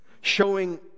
Showing